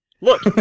Look